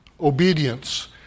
obedience